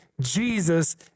Jesus